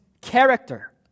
character